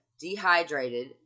dehydrated